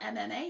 MMA